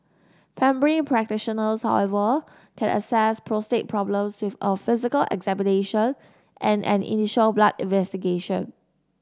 primary practitioners however can assess prostate problems with a physical examination and an initial blood investigation